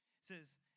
says